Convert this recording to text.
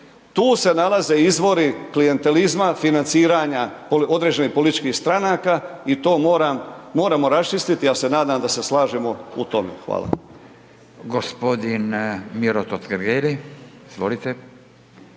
Tu se nalaze izvori klijentelizma, financiranja određenih političkih stranaka i to moram, moramo raščistiti, ja se nadam da se slažemo u tome. Hvala.